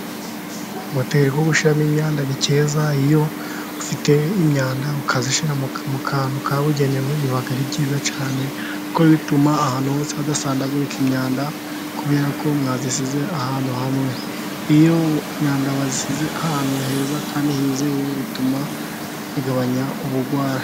Akamoteri ko gushyiramo imyada ni keza, iyo ufite imyanda ukayishyira mu kantu kabugenewe biba ari byiza cyane kuko bituma ahantu hose hadasandagurika imyanda, kuberako mwayishyize ahantu hamwe iyo imyanda wayishyize ahantu heza kandi hizewe, bituma bigabanya uburwayi .